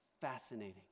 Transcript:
fascinating